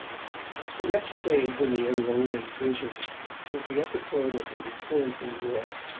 the next phase in the unrolling vision was the episode of her return to new york.